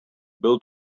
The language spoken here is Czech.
byl